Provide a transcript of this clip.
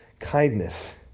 Kindness